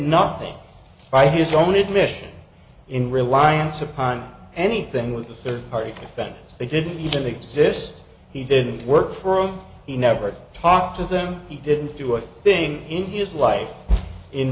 nothing by his own admission in reliance upon anything with a third party that they didn't even exist he didn't work for him he never talked to them he didn't do a thing in his life in